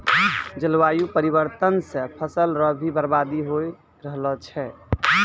जलवायु परिवर्तन से फसल रो भी बर्बादी हो रहलो छै